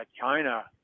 China